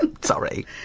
sorry